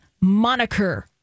moniker